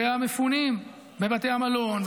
המפונים בבתי המלון,